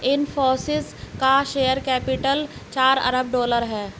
इनफ़ोसिस का share capital चार अरब डॉलर है